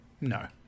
no